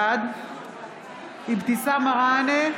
בעד אבתיסאם מראענה,